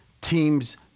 teams